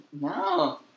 No